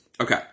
Okay